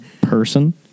person